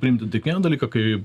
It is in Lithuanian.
priimti tik vieną dalyką kai